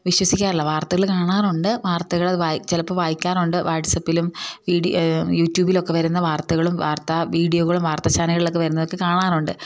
വിശ്വസിക്കാറില്ല വാർത്തകൾ കാണാറുണ്ട് വാർത്തകൾ ചിലപ്പോൾ വായിക്കാറുണ്ട് വാട്സഅപ്പിലും ഈ യൂട്യൂബിലൊക്കെ വരുന്ന വാർത്തകളും വാർത്താ വീഡിയോകളും വാർത്ത ചാനലുകളിലൊക്കെ വരുന്നതെക്കെ കാണാറുണ്ട്